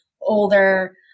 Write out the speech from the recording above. older